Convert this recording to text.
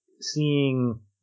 seeing